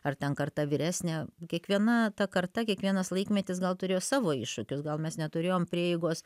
ar ten karta vyresnė kiekviena ta karta kiekvienas laikmetis gal turėjo savo iššūkius gal mes neturėjom prieigos